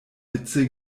witze